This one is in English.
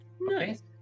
Nice